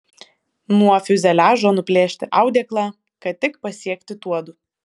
nuo fiuzeliažo nuplėšti audeklą kad tik pasiekti tuodu